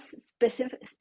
specific